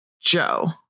Joe